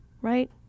right